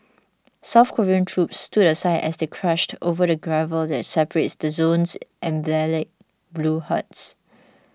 South Korean troops stood aside as they crunched over the gravel that separates the zone's emblematic blue huts